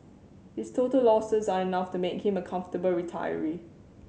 his total losses are enough to make him a comfortable retiree